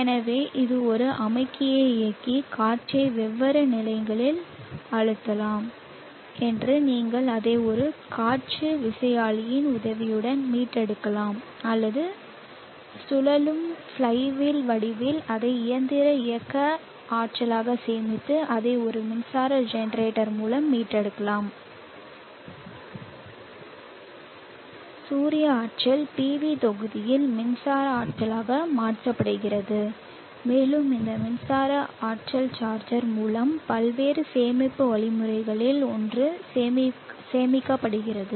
எனவே இது ஒரு அமுக்கியை இயக்கி காற்றை வெவ்வேறு நிலைகளில் அழுத்தலாம் மற்றும் நீங்கள் அதை ஒரு காற்று விசையாழியின் உதவியுடன் மீட்டெடுக்கலாம் அல்லது சுழலும் ஃப்ளைவீல் வடிவில் அதை இயந்திர இயக்க ஆற்றலாக சேமித்து அதை ஒரு மின்சார ஜெனரேட்டர் மூலம் மீட்டெடுக்கலாம் சூரிய ஆற்றல் PV தொகுதியில் மின்சார ஆற்றலாக மாற்றப்படுகிறது மேலும் இந்த மின்சார ஆற்றல் சார்ஜர் மூலம் பல்வேறு சேமிப்பு வழிமுறைகளில் ஒன்றில் சேமிக்கப்படுகிறது